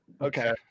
Okay